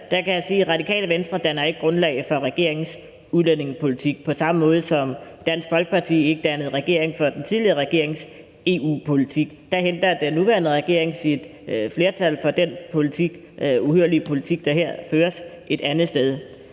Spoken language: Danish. kan jeg sige, at Radikale Venstre ikke danner grundlag for regeringens udlændingepolitik på samme måde, som Dansk Folkeparti ikke dannede grundlag for den tidligere regerings EU-politik. Den nuværende regering henter sit flertal for den uhyrlige politik, der her føres, et andet sted.